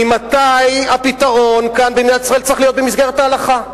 ממתי הפתרון כאן במדינת ישראל צריך להיות במסגרת ההלכה?